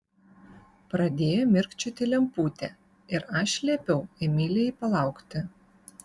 pradėjo mirkčioti lemputė ir aš liepiau emilijai palaukti